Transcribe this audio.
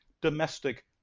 domestic